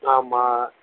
ஆமாம்